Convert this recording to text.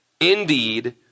indeed